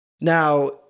Now